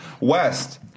West